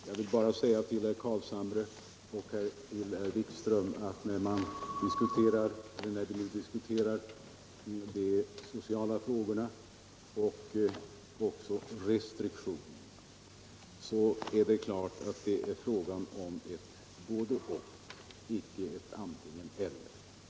Jag vill bara säga till herr Carlshamre och herr Wikström att när vi diskuterar de sociala frågorna och även restriktioner, så är det klart att det gäller ett både-och icke ett antingen-eller.